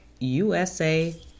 USA